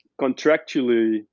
contractually